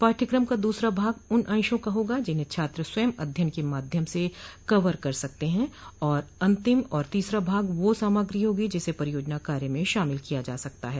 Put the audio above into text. पाठ्यक्रम का दूसरा भाग उन अंशों का होगा जिन्हें छात्र स्वयं अध्ययन के माध्यम से कवर कर सकते हैं और अंतिम और तीसरा भाग वह सामग्री होंगी जिसे परियोजना कार्य में शामिल किया जा सकता है